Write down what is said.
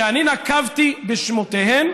שאני נקבתי בשמותיהן,